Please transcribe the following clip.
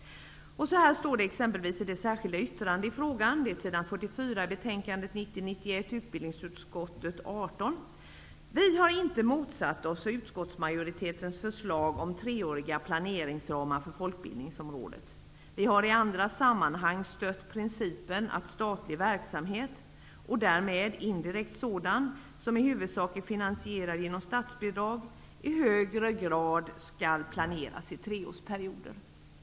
Så här står det i det särskilda yttrandet i frågan, på s. 44 i betänkandet 1990/91:UbU 18: ''Vi har inte motsatt oss utskottsmajoritetens förslag om treåriga planeringsramar för folkbildningsområdet. Vi har i andra sammanhang stött principen att statlig verksamhet -- och därmed indirekt sådan som i huvudsak är finansierad genom statsbidrag -- i högre grad skall planeras i treårsperioder.''